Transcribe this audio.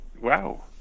wow